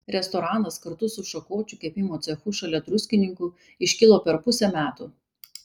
restoranas kartu su šakočių kepimo cechu šalia druskininkų iškilo per pusę metų